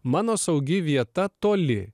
mano saugi vieta toli